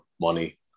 money